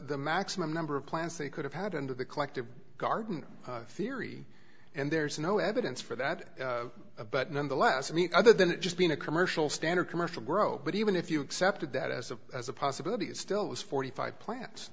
the maximum number of plants they could have had under the collective garden theory and there's no evidence for that but nonetheless i mean other than just being a commercial standard commercial grow but even if you accepted that as a possibility it still has forty five plant